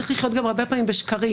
צריך לחיות גם הרבה פעמים בשקרים.